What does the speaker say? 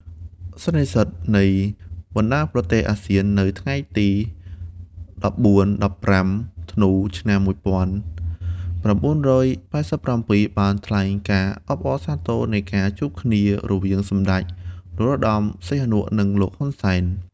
សន្និសីទនៃបណ្ដាប្រទេសអាស៊ានថ្ងៃទី១៤-១៥ ធ្នូ ឆ្នាំ១៩៨៧ បានថ្លែងការអបអរសាទរនៃការជួបគ្នារវាងសម្ដេច នរោត្តមសីហនុ និងលោក ហ៊ុនសែន។